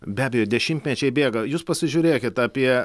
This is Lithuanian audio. be abejo dešimtmečiai bėga jūs pasižiūrėkit apie